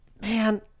man